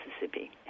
Mississippi